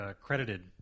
credited